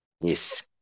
Yes